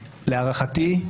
להערכתי,